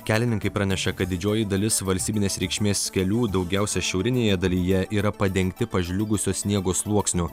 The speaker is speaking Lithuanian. kelininkai praneša kad didžioji dalis valstybinės reikšmės kelių daugiausia šiaurinėje dalyje yra padengti pažliugusio sniego sluoksniu